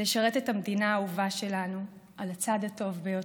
לשרת את המדינה האהובה שלנו על הצד הטוב ביותר.